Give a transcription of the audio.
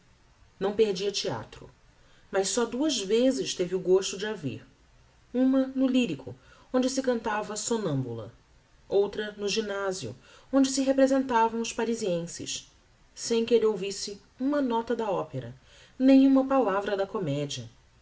não perdia theatro mas só duas vezes teve o gosto de a ver uma no lyrico onde se cantava somnambula outra no gymnasio onde se representavam os parisienses sem que elle ouvisse uma nota da opera nem uma palavra da comedia